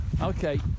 Okay